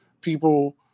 People